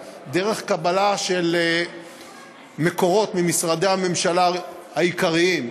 דרך קבלה של מקורות ממשרדי הממשלה העיקריים,